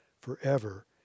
forever